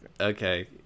Okay